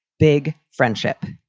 big friendship.